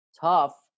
tough